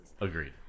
Agreed